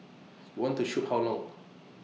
you want to shoot how long